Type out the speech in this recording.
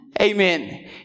Amen